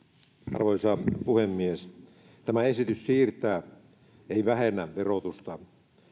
arvoisa puhemies tämä esitys siirtää ei vähennä verotusta